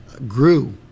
grew